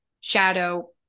shadow